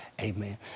Amen